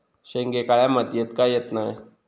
शेंगे काळ्या मातीयेत का येत नाय?